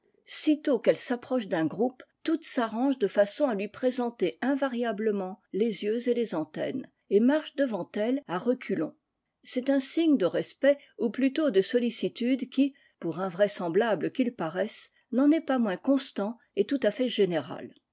sitôt qu'elle s'approche d'un groupe toutes s'arrangent de façon à lui présenter invariablement les yeux et les antennes et marchent devant elle à reculons c'est un signe de respect ou plutôt de sollicitude qui pour invraisemblable qu'il paraisse n'en est pas moins constant et tout à fait général